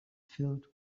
filled